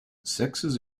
sexes